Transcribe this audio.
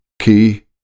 key